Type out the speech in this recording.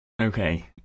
Okay